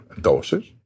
doses